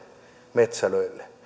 metsälöille